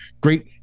great